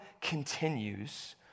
continues